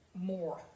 more